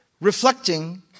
reflecting